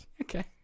Okay